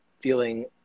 feeling